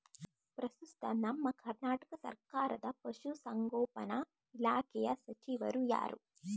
ಪ್ರಸ್ತುತ ನಮ್ಮ ಕರ್ನಾಟಕ ಸರ್ಕಾರದ ಪಶು ಸಂಗೋಪನಾ ಇಲಾಖೆಯ ಸಚಿವರು ಯಾರು?